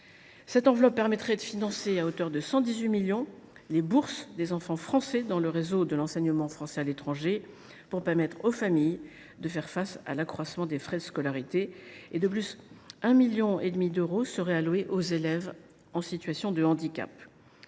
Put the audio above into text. Cette enveloppe permettra de financer à hauteur de 118 millions d’euros les bourses des enfants français dans le réseau de l’enseignement français à l’étranger et, ainsi, d’aider les familles à faire face à l’accroissement des frais de scolarité. De plus, 1,5 million d’euros seront alloués aux élèves en situation de handicap.